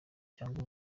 cyangwa